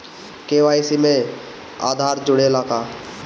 KYC में आधार जुड़े ला का?